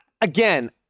Again